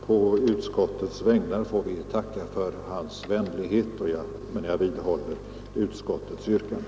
På utskottets vägnar får vi tacka för hans vänlighet — jag vidhåller dock utskottets yrkande.